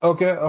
Okay